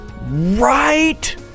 right